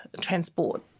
transport